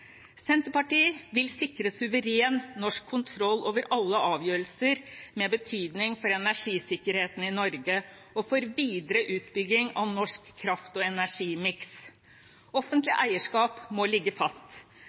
Senterpartiet vil sikre suveren norsk kontroll over alle avgjørelser med betydning for energisikkerheten i Norge og for videre utbygging av norsk kraft og energimiks. Offentlig eierskap må ligge fast.